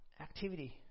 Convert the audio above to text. activity